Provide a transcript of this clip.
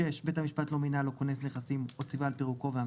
6. בית המשפט לא מינה לו קונס נכסים או ציווה על פירוקו